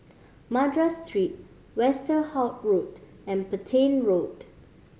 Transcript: Madras Street Westerhout Road and Petain Road